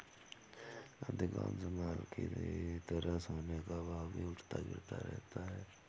अधिकांश माल की तरह सोने का भाव भी उठता गिरता रहता है